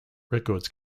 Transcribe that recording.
records